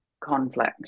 conflict